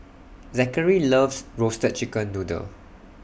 Zackery loves Roasted Chicken Noodle